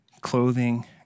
clothing